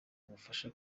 ubufasha